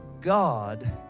God